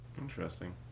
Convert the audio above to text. Interesting